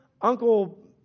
Uncle